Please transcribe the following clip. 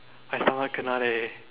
I somehow kena leh